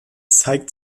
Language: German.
zeigt